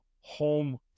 home